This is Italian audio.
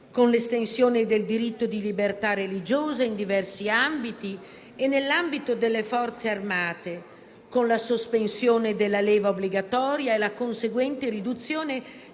con l'estensione del diritto di libertà religiosa in diversi ambiti e, nell'ambito delle Forze armate, con la sospensione della leva obbligatoria e la conseguente riduzione